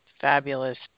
Fabulous